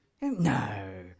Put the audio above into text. No